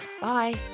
Bye